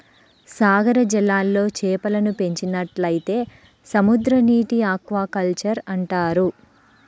సాగర జలాల్లో చేపలను పెంచినట్లయితే సముద్రనీటి ఆక్వాకల్చర్ అంటారు